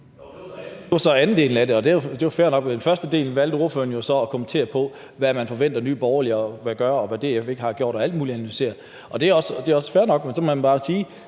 det er jo fair nok. I den første del valgte ordføreren så at kommentere på, hvad man forventer Nye Borgerlige vil gøre, og hvad DF ikke har gjort, og man analyserede alt muligt. Det er også fair nok, men så må man bare sige,